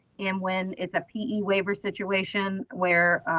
and when it's a pe waiver situation where,